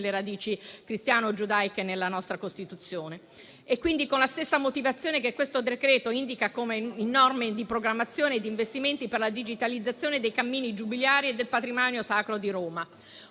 le radici cristiano-giudaiche nella nostra Costituzione). È quindi con la stessa motivazione che questo decreto-legge indica norme di programmazione e investimenti per la digitalizzazione dei cammini giubilari e del patrimonio sacro di Roma,